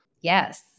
Yes